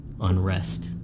Unrest